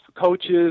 coaches